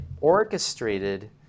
orchestrated